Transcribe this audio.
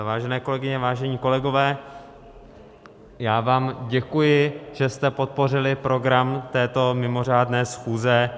Vážené kolegyně, vážení kolegové, já vám děkuji, že jste podpořili program této mimořádné schůze.